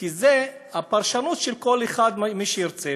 כי זה פרשנות של כל אחד, מי שירצה.